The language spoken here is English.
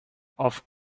off